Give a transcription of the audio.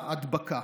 ההדבקה.